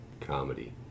comedy